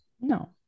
No